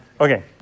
Okay